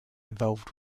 involved